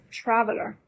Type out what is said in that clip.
traveler